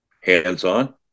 Hands-on